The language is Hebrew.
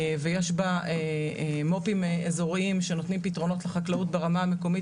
ויש בה מו"פים איזוריים שנותנים פתרונות לחקלאות ברמה המקומית,